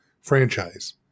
franchise